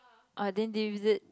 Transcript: ah then did you use it